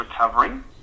recovering